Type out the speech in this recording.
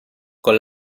con